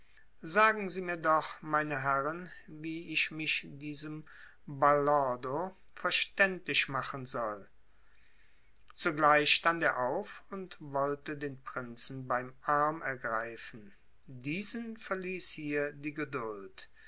sagen sie mir doch meine herren wie ich mich diesem balordo verständlich machen soll zugleich stand er auf und wollte den prinzen beim arm ergreifen diesen verließ hier die geduld